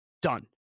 done